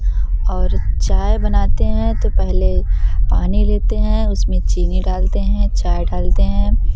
और चाय बनाते हैं तो पहले पानी लेते हैं उसमें चीनी डालते हैं चाय डालते हैं